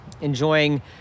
enjoying